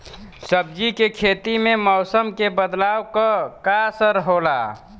सब्जी के खेती में मौसम के बदलाव क का असर होला?